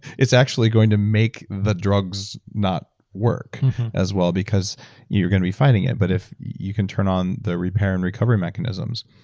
it's actually going to make the drugs not work as well because you're going to be fighting it, but if you can turn on the repair and recovery mechanisms.